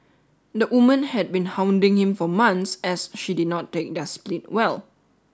the woman had been hounding him for months as she did not take their split well